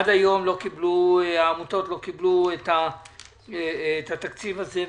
עד היום העמותות לא קיבלו את התקציב הזה.